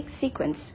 sequence